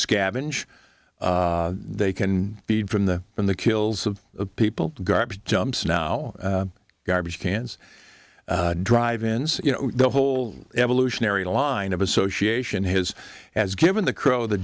scavenge they can be from the from the kills of people garbage dumps now garbage cans drive ins you know the whole evolutionary line of association his has given the crow the